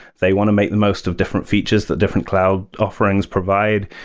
they want to make the most of different features that different cloud offerings provide,